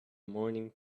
morning